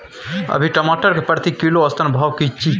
अभी टमाटर के प्रति किलो औसत भाव की छै?